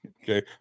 Okay